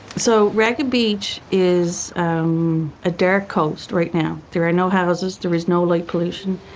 so ragged beach is a dark coast right now. there are no houses, there is no light pollution.